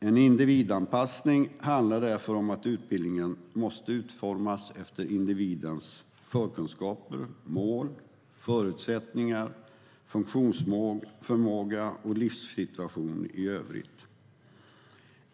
En individanpassning handlar därför om att utbildningen måste utformas efter individens förkunskaper, mål, förutsättningar, funktionsförmåga och livssituation i övrigt.